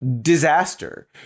disaster